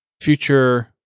future